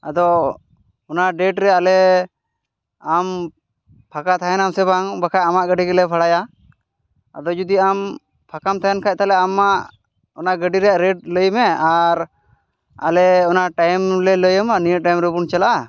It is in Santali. ᱟᱫᱚ ᱚᱱᱟ ᱰᱮᱴ ᱨᱮ ᱟᱞᱮ ᱟᱢ ᱯᱷᱟᱠᱟ ᱛᱟᱦᱮᱱᱟᱢ ᱥᱮ ᱵᱟᱝ ᱵᱟᱠᱷᱟᱡ ᱟᱢᱟᱜ ᱜᱟᱹᱰᱤ ᱜᱮᱞᱮ ᱯᱷᱟᱲᱟᱭᱟ ᱟᱫᱚ ᱡᱩᱫᱤ ᱟᱢ ᱯᱷᱟᱠᱟᱢ ᱛᱟᱦᱮᱱ ᱠᱷᱟᱡ ᱛᱟᱦᱚᱞᱮ ᱟᱢᱟᱜ ᱚᱱᱟ ᱜᱟᱹᱰᱤ ᱨᱮᱭᱟᱜ ᱨᱮᱴ ᱞᱟᱹᱭ ᱢᱮ ᱟᱨ ᱟᱞᱮ ᱚᱱᱟ ᱴᱟᱭᱤᱢ ᱞᱮ ᱞᱟᱹᱭᱟᱢᱟ ᱱᱤᱭᱟᱹ ᱴᱟᱭᱤᱢ ᱨᱮᱵᱚᱱ ᱪᱟᱞᱟᱜᱼᱟ